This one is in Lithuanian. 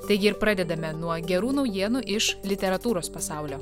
taigi ir pradedame nuo gerų naujienų iš literatūros pasaulio